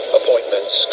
appointments